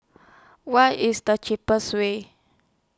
What IS The cheapest Way